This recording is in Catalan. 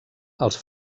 els